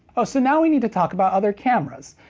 oh, so now we need to talk about other cameras.